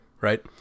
Right